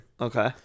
Okay